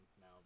now